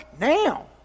now